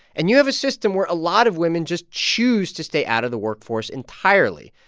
and you have a system where a lot of women just choose to stay out of the workforce entirely.